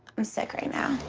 i'm sick right now,